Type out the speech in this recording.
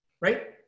right